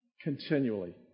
continually